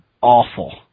awful